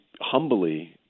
humbly